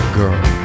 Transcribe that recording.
girl